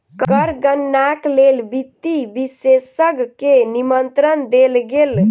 कर गणनाक लेल वित्तीय विशेषज्ञ के निमंत्रण देल गेल